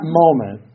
moment